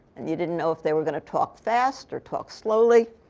and you didn't know if they were going to talk fast or talk slowly.